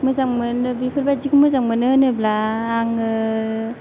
मोजां मोनो बेफोरबायदिखौ मोजां मोनो होनोब्ला आङो